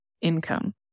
income